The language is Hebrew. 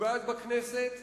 פוגעת בכנסת,